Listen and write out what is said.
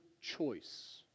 choice